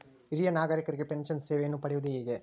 ಹಿರಿಯ ನಾಗರಿಕರಿಗೆ ಪೆನ್ಷನ್ ಸೇವೆಯನ್ನು ಪಡೆಯುವುದು ಹೇಗೆ?